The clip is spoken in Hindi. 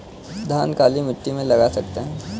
धान काली मिट्टी में लगा सकते हैं?